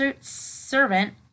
servant